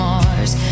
Mars